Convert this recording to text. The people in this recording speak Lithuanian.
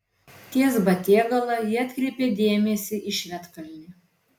ties batėgala ji atkreipė dėmesį į švedkalnį